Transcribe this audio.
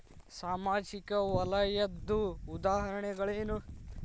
ಸಾಮಾಜಿಕ ವಲಯದ್ದು ಉದಾಹರಣೆಗಳೇನು?